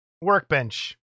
Workbench